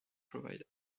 provide